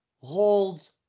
holds